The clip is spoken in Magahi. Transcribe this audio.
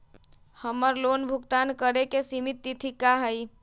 हमर लोन भुगतान करे के सिमित तिथि का हई?